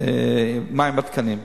מה עם התקנים.